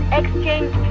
exchange